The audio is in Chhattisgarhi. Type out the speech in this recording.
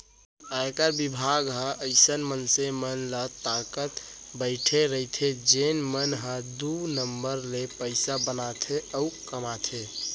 आयकर बिभाग ह अइसन मनसे मन ल ताकत बइठे रइथे जेन मन ह दू नंबर ले पइसा बनाथे अउ कमाथे